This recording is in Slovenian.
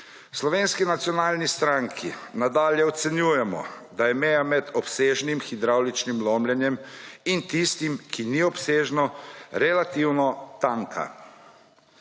Slovenski nacionalni stranki nadalje ocenjujemo, da je meja med obsežnim hidravličnim lomljenjem in tistim, ki ni obsežno relativno tanka.